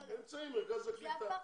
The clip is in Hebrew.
הם נמצאים במרכז קליטה.